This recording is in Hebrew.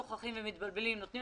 לפעמים אנחנו שוכחים ומתבלבלים נותנים